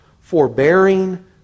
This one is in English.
forbearing